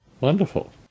wonderful